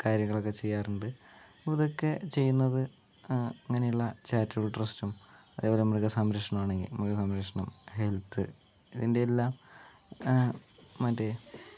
കാര്യങ്ങളൊക്കെ ചെയ്യാറുണ്ട് അപ്പോൾ ഇതൊക്കെ ചെയ്യുന്നത് അങ്ങനെയുള്ള ചാരിറ്റബിൾ ട്രൂസ്റ്റും അതേപോലെ മൃഗസംരക്ഷണമാണെങ്കിൽ മൃഗസംരക്ഷണവും ഹെൽത്ത് ഇതിൻ്റെ എല്ലാം മറ്റേ